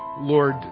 Lord